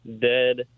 dead